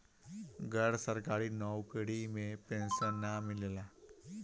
गैर सरकारी नउकरी में पेंशन ना मिलेला